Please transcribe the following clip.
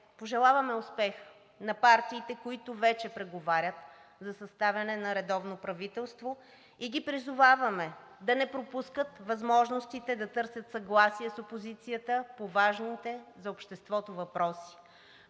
пожелаваме успех на партиите, които вече преговарят за съставяне на редовно правителство, и ги призоваваме да не пропускат възможностите да търсят съгласие с опозицията по важните за обществото въпроси.